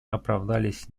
оправдались